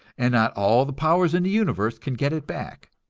and not all the powers in the universe can get it back.